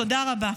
תודה רבה.